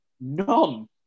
None